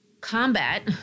combat